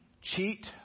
cheat